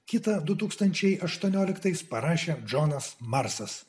kitą du tūkstančiai aštuonioliktais parašė džonas marsas